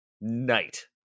knight